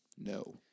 No